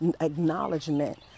acknowledgement